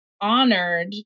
honored